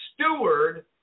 steward